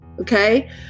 okay